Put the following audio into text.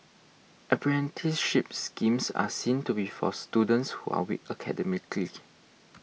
apprenticeship schemes are seen to be for students who are weak academically